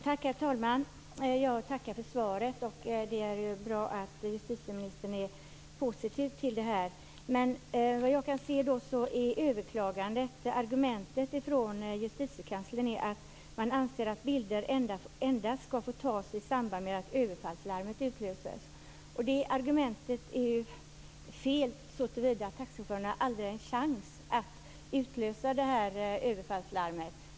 Herr talman! Jag tackar för svaret. Det är bra att justitieministern är positiv till detta. Argumentet till överklagandet från Justitiekanslern är att man anser att bilder endast ska få tas i samband med att överfallslarmet utlöses. Det argument är fel. Taxichaufförerna har ingen chans att utlösa överfallslarmet.